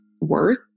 worth